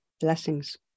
Blessings